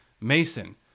Mason